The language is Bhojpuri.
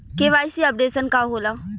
के.वाइ.सी अपडेशन का होला?